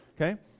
okay